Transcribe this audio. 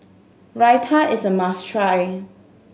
Raita is a must try